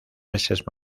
meses